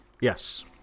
Yes